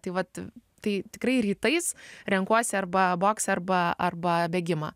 tai vat tai tikrai rytais renkuosi arba boksą arba arba bėgimą